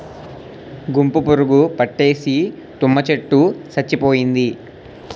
గుంపు పురుగు పట్టేసి తుమ్మ చెట్టు సచ్చిపోయింది